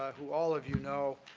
who all of you know,